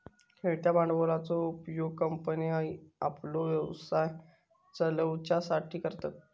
खेळत्या भांडवलाचो उपयोग कंपन्ये आपलो व्यवसाय चलवच्यासाठी करतत